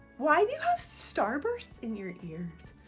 why do you have starbursts in your ears?